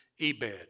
Ebed